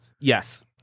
Yes